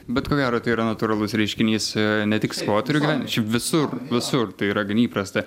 bet ko gero tai yra natūralus reiškinys ne tik skvoterių gi šiaip visur visur tai yra gan įprasta